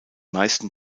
meisten